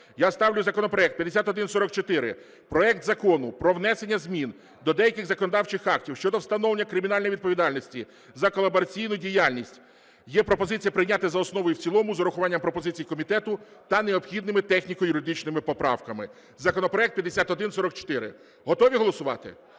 Я ставлю законопроект 5144 - проект Закону про внесення змін до деяких законодавчих актів (щодо встановлення кримінальної відповідальності за колабораційну діяльність). Є пропозиція прийняти за основу і в цілому з урахуванням пропозицій комітету та необхідними техніко-юридичними поправками. Законопроект 5144. Готові голосувати?